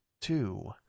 two